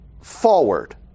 forward